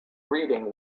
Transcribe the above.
reading